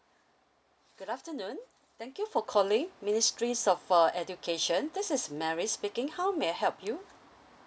good afternoon thank you for calling ministries of uh education this is mary speaking how may I help you